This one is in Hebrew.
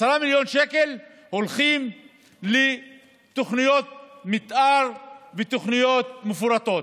10 מיליון שקל הולכים לתוכניות מתאר ותוכניות מפורטות,